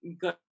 good